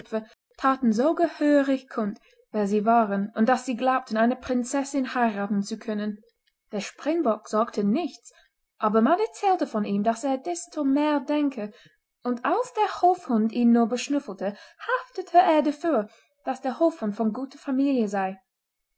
thaten so gehörig kund wer sie waren und daß sie glaubten eine prinzessin heiraten zu können der springbock sagte nichts aber man erzählte von ihm daß er desto mehr denke und als der hofhund ihn nur beschnüffelte haftete er dafür daß der hofhund von guter familie sei